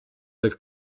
del